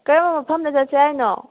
ꯀꯔꯝꯕ ꯃꯐꯝꯗ ꯆꯠꯁꯦ ꯍꯥꯏꯅꯣ